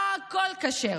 הכול כשר.